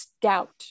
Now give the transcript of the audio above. doubt